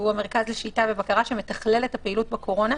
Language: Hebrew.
שהוא המרכז לשליטה ובקרה שמתכלל את הפעילות בקורונה,